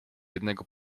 jednego